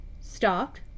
stopped